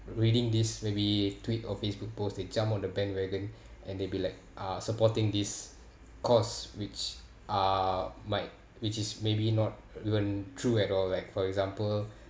reading this maybe tweet or facebook post they jump on the bandwagon and they be like uh supporting this course which uh might which is maybe not even true at all like for example